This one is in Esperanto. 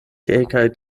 kelkaj